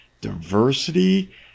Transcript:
diversity